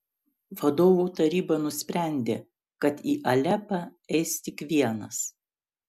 vadovų taryba nusprendė kad į alepą eis tik vienas